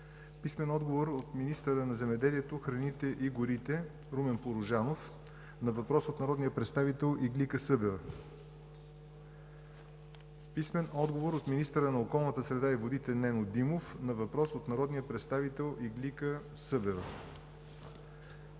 Аксиева; - министъра на земеделието, храните и горите Румен Порожанов на въпрос от народния представител Иглика Събева; - министъра на околната среда и водите Нено Димов на въпрос от народния представител Иглика Събева.